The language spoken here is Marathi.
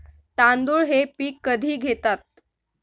तांदूळ हे पीक कधी घेतात?